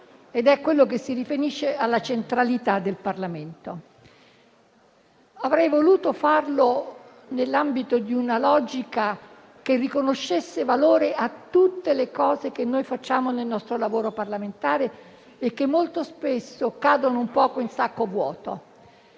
quello che si riferisce alla centralità del Parlamento. Avrei voluto farlo nell'ambito di una logica che riconoscesse valore a tutte le cose che noi facciamo nel nostro lavoro parlamentare e che molto spesso cadono in sacco vuoto.